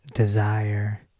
Desire